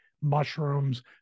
mushrooms